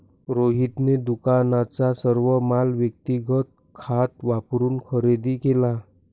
रोहितने दुकानाचा सर्व माल व्यक्तिगत खात वापरून खरेदी केला